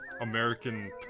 American